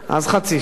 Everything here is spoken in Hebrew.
אז חצי שנה.